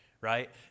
right